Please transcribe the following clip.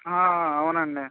అవునండి